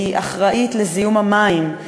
היא אחראית לזיהום המים,